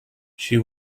she